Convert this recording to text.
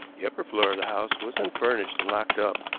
the upper floor of the house was unfurnished and locked up,